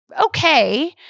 okay